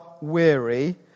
weary